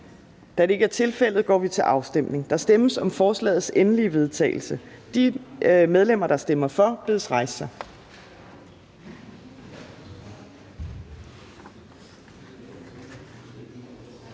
Afstemning Formanden (Henrik Dam Kristensen): Der stemmes om forslagets endelige vedtagelse. De medlemmer, der stemmer for, bedes rejse sig.